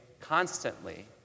constantly